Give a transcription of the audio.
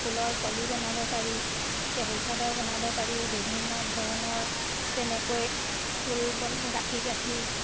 ফুলৰ কলি বনাব পাৰি টেবুল চাদৰ বনাব পাৰি বিভিন্ন ধৰণৰ তেনেকৈ ফুল বন গাঁঠি গাঁঠি